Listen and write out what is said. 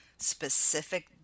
specific